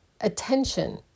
attention